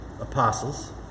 apostles